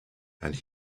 and